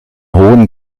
hohen